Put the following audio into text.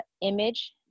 image